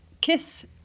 Kiss